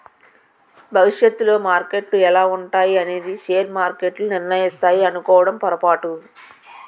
భవిష్యత్తులో మార్కెట్లు ఎలా ఉంటాయి అనేది షేర్ మార్కెట్లు నిర్ణయిస్తాయి అనుకోవడం పొరపాటు